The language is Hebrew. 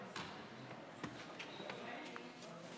תעקוב.